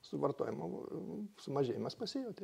suvartojimo sumažėjimas pasijautė